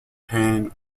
pain